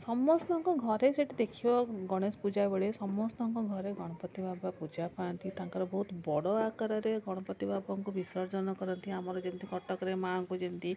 ସମସ୍ତଙ୍କ ଘରେ ସେଇଠି ଦେଖିବ ଗଣେଶ ପୂଜା ବେଳେ ସମସ୍ତଙ୍କ ଘରେ ଗଣପତି ବାବା ପୂଜା ପାଆନ୍ତି ତାଙ୍କର ବହୁତ ବଡ଼ ଆକାରରେ ଗଣପତି ବାବାଙ୍କୁ ବିସର୍ଜନ କରନ୍ତି ଆମର ଯେମିତି କଟକରେ ମାଆଙ୍କୁ ଯେମତି